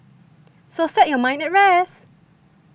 so set your mind at rest